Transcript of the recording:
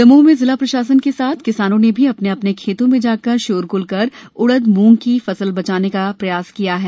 दमोह में जिला प्रशासन के साथ किसानों ने भी अपने अपने खेतो में जाकर शोरग्ल कर उडद मूंग आदि की फसल बचाने का प्रयास कार्य जारी है